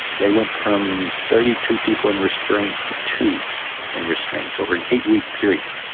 they went from thirty two people in restraints to two in restraints over an eight-week period.